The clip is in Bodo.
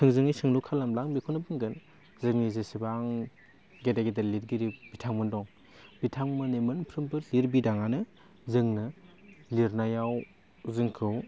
थोंजोङै सोंलु खालामब्ला आं बेखौनो बुंगोन जोंनि जेसेबां गेदेर गेदेर लिरगिरि बिथांमोन दं बिथांमोननि मोनफ्रोमबो लिरबिदाङानो जोंनो लिरनायाव जोंखौ